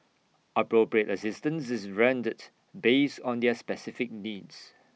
appropriate assistance is rendered based on their specific needs